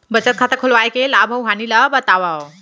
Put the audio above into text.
बचत खाता खोलवाय के लाभ अऊ हानि ला बतावव?